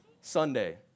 Sunday